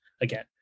again